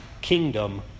kingdom